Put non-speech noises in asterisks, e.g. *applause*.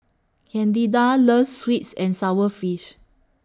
Candida loves Sweet *unintelligible* and Sour Fish